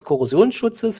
korrosionsschutzes